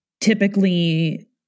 typically